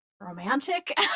romantic